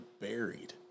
buried